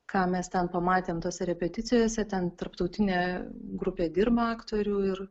ką mes ten pamatėm tose repeticijose ten tarptautinė grupė dirba aktorių ir